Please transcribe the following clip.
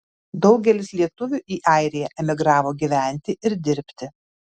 daugelis lietuvių į airiją emigravo gyventi ir dirbti